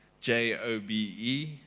J-O-B-E